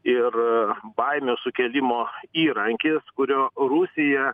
ir baimių sukėlimo įrankis kurio rusija